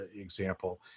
example